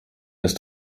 ist